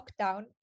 lockdown